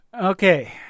Okay